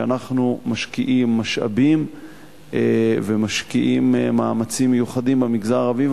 ואנחנו משקיעים משאבים ומשקיעים מאמצים מיוחדים במגזר הערבי,